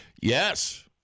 Yes